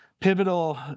pivotal